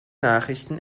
nachrichten